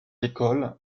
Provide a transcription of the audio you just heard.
écoles